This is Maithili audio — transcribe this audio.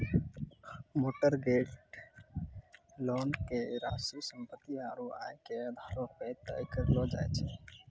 मोर्टगेज लोन के राशि सम्पत्ति आरू आय के आधारो पे तय करलो जाय छै